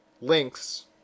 links